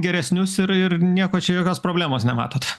geresnius ir ir nieko čia jokios problemos nematot